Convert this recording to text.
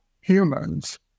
humans